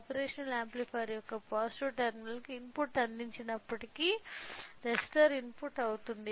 operational amplifier యొక్క positive టెర్మినల్కు input అందించినప్పటికీ రెసిస్టర్ ఇన్పుట్కు అవుతుంది